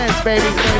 Baby